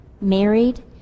married